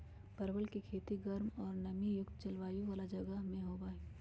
परवल के खेती गर्म और नमी युक्त जलवायु वाला जगह में होबा हई